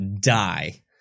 die